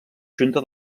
junta